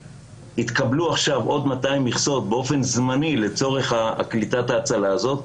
התקבלו עכשיו עוד 200 מכסות באופן זמני לצורך קליטת ההצלה הזאת,